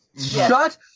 Shut